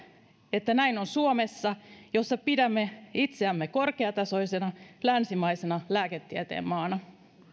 että näin on suomessa jossa pidämme itseämme korkeatasoisena länsimaisena lääketieteen maana